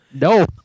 No